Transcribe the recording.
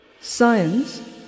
Science